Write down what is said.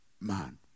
Man